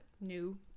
new